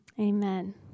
amen